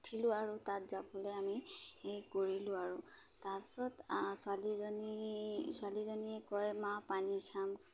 উঠিলোঁ আৰু তাত যাবলৈ আমি এই কৰিলোঁ আৰু তাৰপিছত ছোৱালীজনী ছোৱালীজনীয়ে কয় মা পানী খাম